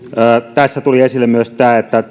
tässä tuli esille myös tämä että